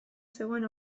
zegoen